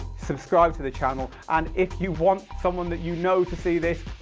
subscribe to the channel, and if you want someone that you know to see this,